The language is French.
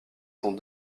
sont